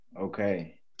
Okay